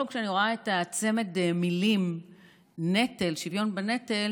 בכל פעם שאני רואה את צמד המילים "שוויון בנטל",